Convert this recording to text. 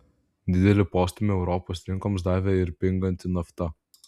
didelį postūmį europos rinkoms davė ir pinganti nafta